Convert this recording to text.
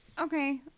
Okay